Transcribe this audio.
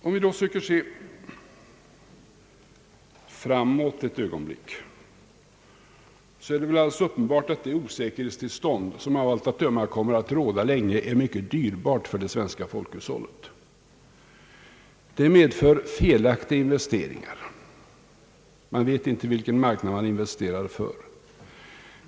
Om vi då söker se framåt ett ögonblick så är det väl alldeles uppenbart, att det osäkerhetstillstånd som av allt att döma kommer att råda länge är mycket dyrbart för det svenska folkhushållet. Det medför felaktiga investeringar; man vet inte för vilken marknad man inevsterar.